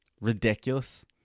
Ridiculous